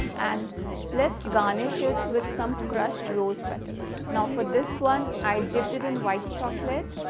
and let's garnish it with some crushed rose petals. now for this one i dipped it in white chocolate.